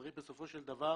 צריך בסופו של דבר